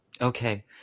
Okay